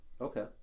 Okay